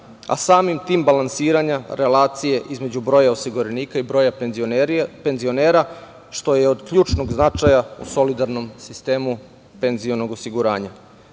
a samim tim balansiranja relacije između broja osiguranika i broja penzionera, što je od ključnog značaja u solidarnom sistemu penzionog osiguranja.